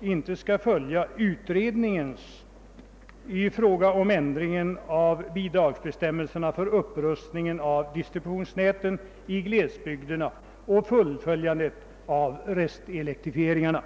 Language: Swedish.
inte skall följa utredningens direktiv i fråga om ändringen av bidragsbestämmelserna för upprustningen av distributionsnäten i glesbygderna och fullföljandet av restelektrifieringarna.